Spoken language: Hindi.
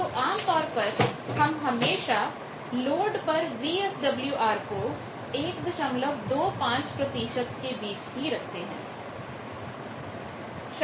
तो आमतौर पर हम हमेशा लोड पर VSWR को 125 प्रतिशत के बीच ही रखते हैं